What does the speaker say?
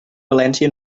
valència